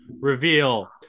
Reveal